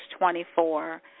24